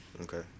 Okay